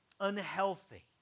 unhealthy